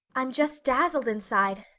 i'm just dazzled inside,